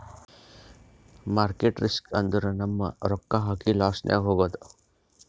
market risk ಅಂದುರ್ ನಮ್ ರೊಕ್ಕಾ ಹಾಕಿ ಲಾಸ್ನಾಗ್ ಹೋಗದ್